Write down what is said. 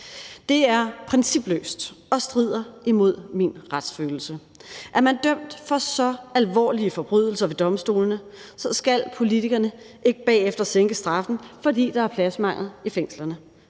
Det er principløst og strider imod min retsfølelse. Er man dømt for så alvorlige forbrydelser ved domstolene, skal politikerne ikke bagefter sænke straffen, fordi der er pladsmangel i fængslerne;